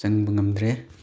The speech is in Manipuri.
ꯆꯪꯕ ꯉꯝꯗ꯭ꯔꯦ